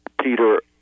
Peter